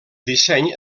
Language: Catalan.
disseny